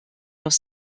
doch